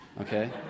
okay